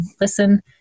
listen